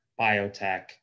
biotech